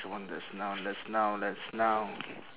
come on let's now let's now let's now